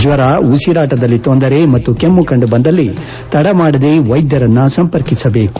ಜ್ವರ ಉಸಿರಾಟದಲ್ಲಿ ತೊಂದರೆ ಕೆಮ್ಮು ಕಂಡು ಬಂದಲ್ಲಿ ತಡಮಾಡದೆ ವೈದ್ಯರನ್ನು ಸಂಪರ್ಕಿಸಬೇಕು